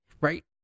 right